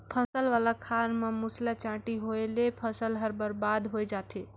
फसल वाला खार म मूसवा, चांटी होवयले फसल हर बरबाद होए जाथे